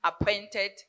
appointed